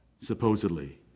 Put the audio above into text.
Supposedly